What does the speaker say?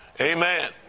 Amen